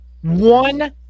one